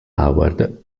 howard